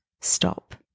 stop